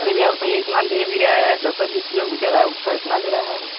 अरे भैया बताइए इतना ले भी रहे हें दसे बीस किलोमीटर है उसका इतना ले रहे हें